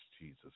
Jesus